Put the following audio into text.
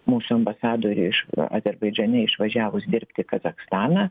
mūsų ambasadoriui iš azerbaidžane išvažiavus dirbti kazachstaną